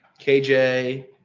KJ